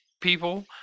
people